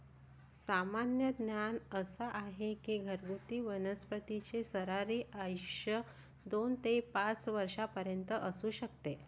सामान्य ज्ञान असा आहे की घरगुती वनस्पतींचे सरासरी आयुष्य दोन ते पाच वर्षांपर्यंत असू शकते